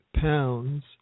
pounds